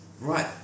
Right